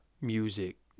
music